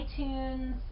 iTunes